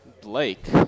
Blake